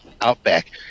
outback